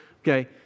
Okay